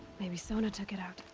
maybe sona took it out.